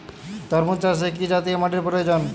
তরমুজ চাষে কি জাতীয় মাটির প্রয়োজন?